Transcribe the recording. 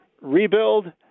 rebuild